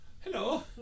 hello